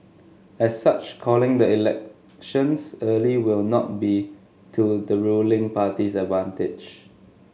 as such calling the elections early will not be to the ruling party's advantage